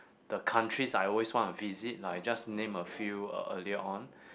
the countries I always want to visit like I just named a few uh earlier on